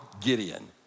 Gideon